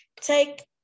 take